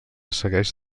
segueix